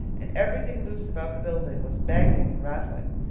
and everything loose about the building was banging and rattling.